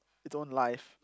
its own life